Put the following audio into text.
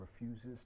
refuses